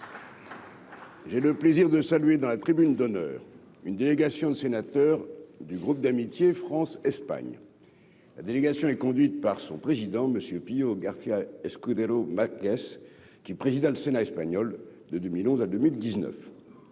J'ai le plaisir de saluer dans la tribune d'honneur, une délégation de sénateurs du groupe d'amitié France-Espagne, la délégation est conduite par son président Monsieur Pio Garcia Escudero ma caisse qui présida le Sénat espagnol de 2011 à 2019